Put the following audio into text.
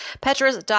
Petra's